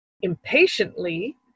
Impatiently